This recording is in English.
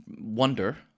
wonder